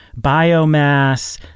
biomass